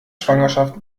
schwangerschaft